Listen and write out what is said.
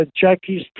Jackie's